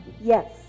Yes